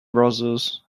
brothers